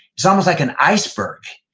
it's almost like an iceberg.